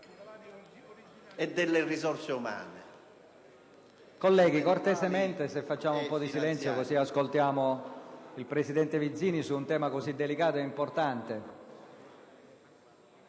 e delle risorse umane,